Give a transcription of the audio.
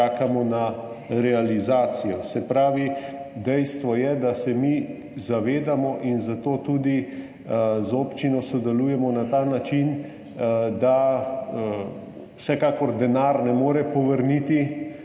na realizacijo. Se pravi, dejstvo je, da se mi zavedamo in zato tudi z občino sodelujemo na ta način, da denar vsekakor ne more povrniti